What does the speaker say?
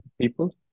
people